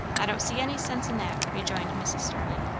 i don't see any sense in that, rejoined mrs. starling.